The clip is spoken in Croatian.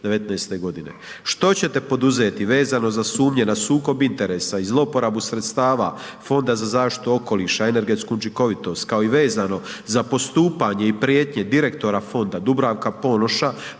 „Što ćete poduzeti vezano za sumnje na sukob interesa i zlouporabu sredstava Fonda za zaštitu okoliša, energetsku učinkovitost kao i vezano za postupanje i prijetnje direktora fonda Dubravka Ponoša